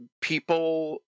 people